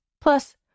Plus